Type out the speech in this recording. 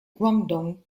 guangdong